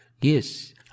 Yes